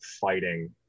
fighting